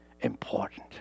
important